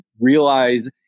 realize